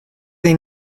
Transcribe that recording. they